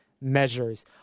measures